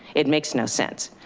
it makes no sense.